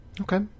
Okay